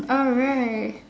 all right